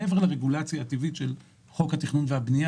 מעבר לרגולציה הטבעית של חוק התכנון והבנייה